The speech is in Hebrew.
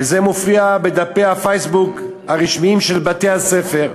וזה מופיע בדפי הפייסבוק הרשמיים של בתי-הספר.